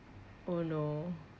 oh no